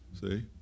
see